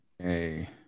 Okay